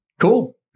Cool